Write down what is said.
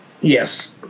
Yes